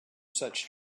such